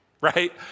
right